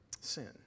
sin